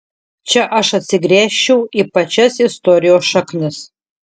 čia aš atsigręžčiau į pačias istorijos šaknis